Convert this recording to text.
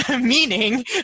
meaning